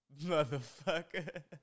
Motherfucker